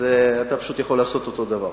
אתה יכול לעשות את אותו הדבר.